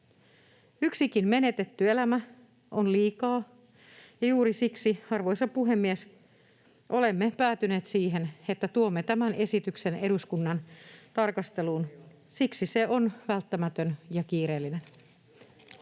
Yksikin menetetty elämä on liikaa, ja juuri siksi, arvoisa puhemies, olemme päätyneet siihen, että tuomme tämän esityksen eduskunnan tarkasteluun. Siksi se on välttämätön ja myös kiireellinen.